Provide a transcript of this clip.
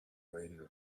radio